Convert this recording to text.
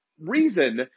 reason